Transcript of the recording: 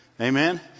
Amen